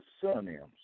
synonyms